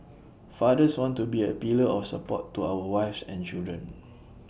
fathers want to be A pillar of support to our wives and children